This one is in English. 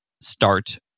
start